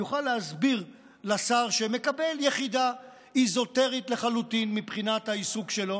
יוכל להסביר לשר שהוא מקבל יחידה אזוטרית לחלוטין מבחינת העיסוק שלו